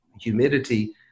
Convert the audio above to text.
humidity